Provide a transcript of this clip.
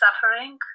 suffering